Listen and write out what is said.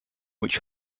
which